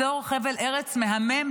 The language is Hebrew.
אזור חבל מהמם,